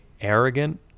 arrogant